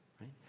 Right